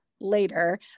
later